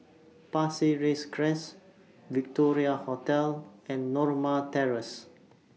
Pasir Ris Crest Victoria Hotel and Norma Terrace